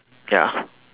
ya